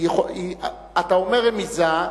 אתה אומר רמיזה,